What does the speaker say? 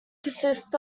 consists